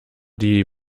die